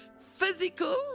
physical